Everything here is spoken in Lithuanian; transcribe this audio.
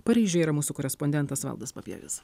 paryžiuje yra mūsų korespondentas valdas papievis